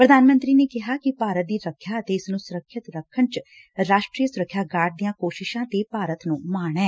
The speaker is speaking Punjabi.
ਪ੍ਰਧਾਨ ਮੰਤਰੀ ਨੇ ਕਿਹਾ ਕਿ ਭਾਰਤ ਦੀ ਰੱਖਿਆ ਅਤੇ ਇਸ ਨੂੰ ਸੁਰੱਖਿਅਤ ਰੱਖਣ ਚ ਰਾਸ਼ਟਰੀ ਸੁਰੱਖਿਆ ਗਾਰਡ ਦੀਆਂ ਕੋਸ਼ਿਸ਼ਾਂ ਤੇ ਭਾਰਤ ਨੂੰ ਮਾਣ ਐ